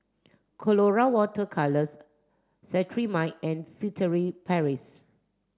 Colora water colours Cetrimide and Furtere Paris